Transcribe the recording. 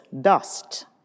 dust